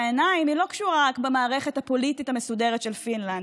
עיניים לא קשורה רק במערכת הפוליטית המסודרת של פינלנד,